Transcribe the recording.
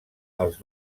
als